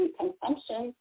consumption